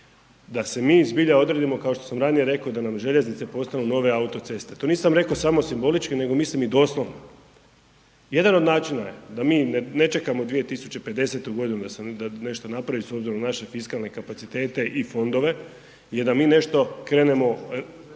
Da se mi zbilja odredimo kao što sam ranije rekao da nam željeznice postanu nove autoceste, to nisam rekao samo simbolički nego mislim i doslovno. Jedan od načina je da mi ne čekamo 2050. godinu da se nešto napravi s obzirom na naše fiskalne kapacitete i fondove jer da mi nešto krenemo